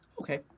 Okay